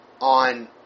on